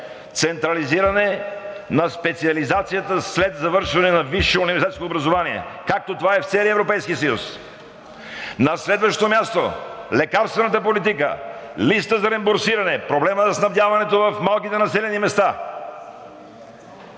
централизиране на специализацията след завършване на висше университетско образование, както е в целия Европейски съюз. На следващо място – лекарствената политика, листът за реимбурсиране, проблемът за снабдяването в малките населени места,